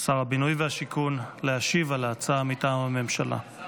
שר הבינוי והשיכון, להשיב על ההצעה מטעם הממשלה.